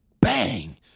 bang